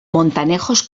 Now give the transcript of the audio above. montanejos